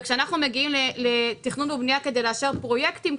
אנחנו ממשיכים לדון בחוק ההסדרים.